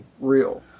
real